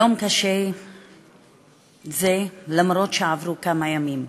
יום קשה זה, אף-על-פי שעברו כמה ימים,